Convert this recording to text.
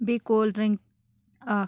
بیٚیہِ cold drink اَکھ